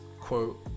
Quote